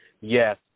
Yes